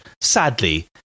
sadly